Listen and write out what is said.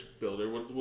builder